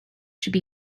should